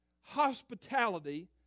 hospitality